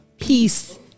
peace